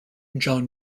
john